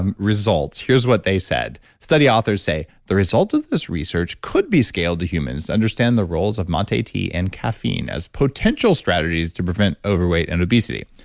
and results here's what they said. study authors say, the results of this research could be scaled to humans to understand the roles of mate tea tea and caffeine as potential strategies to prevent overweight and obesity.